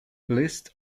list